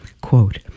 Quote